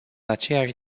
aceeași